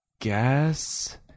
guess